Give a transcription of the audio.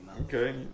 Okay